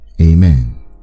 amen